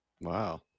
wow